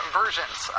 versions